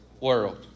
World